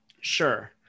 sure